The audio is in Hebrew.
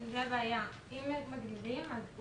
נולדו 700 ילדים לאמהות מאומתות